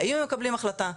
היו מקבלים החלטה,